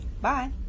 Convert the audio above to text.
Bye